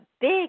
big